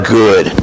good